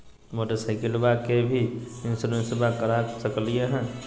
मोटरसाइकिलबा के भी इंसोरेंसबा करा सकलीय है?